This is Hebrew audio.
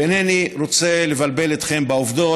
ואינני רוצה לבלבל אתכם בעובדות.